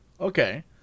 Okay